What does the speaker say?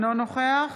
אינו נוכח